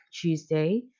Tuesday